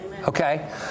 Okay